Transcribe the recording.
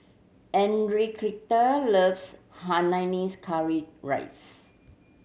Enriqueta loves Hainanese curry rice